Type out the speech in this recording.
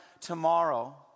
tomorrow